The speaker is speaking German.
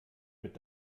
mit